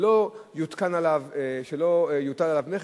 שלא יוטל עליו מכס.